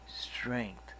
strength